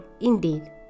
indeed